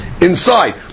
inside